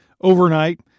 Overnight